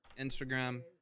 instagram